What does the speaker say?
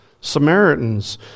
Samaritans